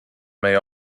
meie